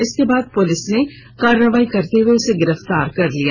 इसके बाद पुलिस ने कारवाई करते हुए उसे गिरफ्तार कर लिया